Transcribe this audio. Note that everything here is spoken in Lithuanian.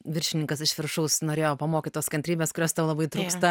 viršininkas iš viršaus norėjo pamokyti tos kantrybės kurios tau labai trūksta